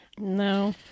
no